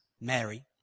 Mary